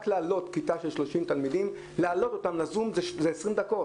רק להעלות לזום כיתה של 30 ילדים זה 20 דקות.